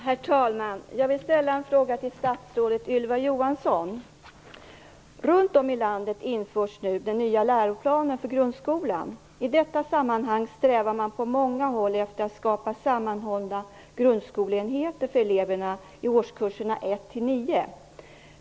Herr talman! Jag vill ställa en fråga till statsrådet Runt om i landet införs nu den nya läroplanen för grundskolan. I detta sammanhang strävar man på många håll efter att skapa sammanhållna grundskoleenheter för eleverna i årskurserna 1-9.